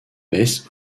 baisse